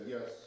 Yes